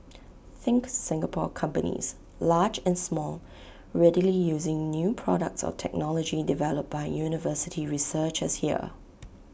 think Singapore companies large and small readily using new products or technology developed by university researchers here